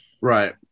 Right